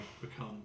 become